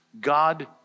God